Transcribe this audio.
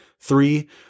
Three